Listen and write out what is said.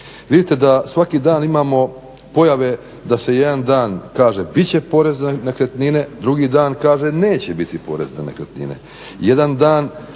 Vidite da svaki dan imamo pojave da se jedan dan kaže bit će porez na nekretnine, drugi dan kaže neće biti porez na nekretnine.